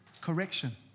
correction